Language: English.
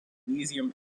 magnesium